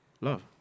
love